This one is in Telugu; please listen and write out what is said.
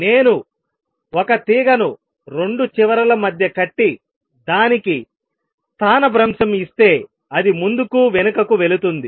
నేను ఒక తీగ ను 2 చివరల మధ్య కట్టి దానికి స్థానభ్రంశం ఇస్తే అది ముందుకు వెనుకకు వెళుతుంది